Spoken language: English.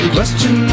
Question